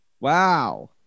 Wow